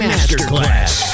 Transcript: Masterclass